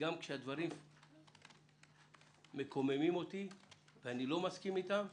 גם כשהדברים מקוממים אותי ואני לא מסכים אתם,